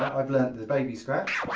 i've learned the baby scratch